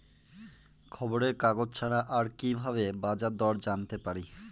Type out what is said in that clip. খবরের কাগজ ছাড়া আর কি ভাবে বাজার দর জানতে পারি?